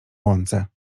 łące